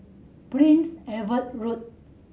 Prince Edward Road